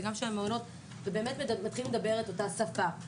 וגם של המעונות ובאמת מתחילים לדבר את אותה שפה.